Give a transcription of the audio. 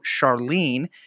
Charlene